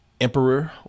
Emperor